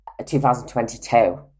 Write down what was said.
2022